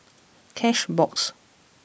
cashbox